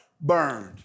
burned